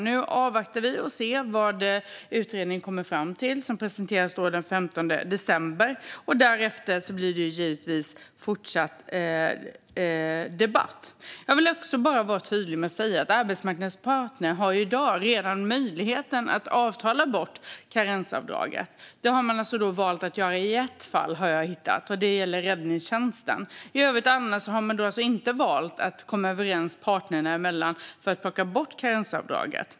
Nu avvaktar vi och ser vad utredningen kommer fram till, och den presenteras den 15 december. Därefter blir det givetvis fortsatt debatt. Jag vill också vara tydlig med att säga att arbetsmarknadens parter redan i dag har möjlighet att avtala bort karensavdraget. Det har man valt att göra i ett fall, vad jag har hittat, och det gäller räddningstjänsten. I övrigt har man inte valt att komma överens, parterna emellan, om att plocka bort karensavdraget.